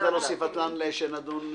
עם התיקונים וההערות שהוכנסו בו נתקבל.